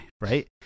Right